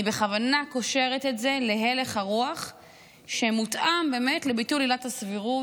אני בכוונה קושרת את זה להלך הרוח שמותאם באמת לביטול עילת הסבירות,